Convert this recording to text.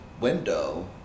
window